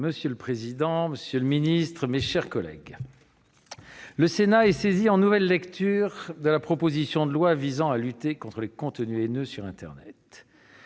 Monsieur le président, monsieur le secrétaire d'État, mes chers collègues, le Sénat est saisi en nouvelle lecture de la proposition de loi visant à lutter contre les contenus haineux sur internet.